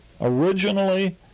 originally